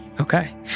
Okay